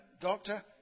Doctor